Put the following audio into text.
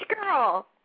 girl